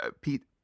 Pete